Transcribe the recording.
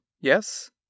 yes